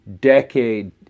decade